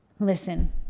Listen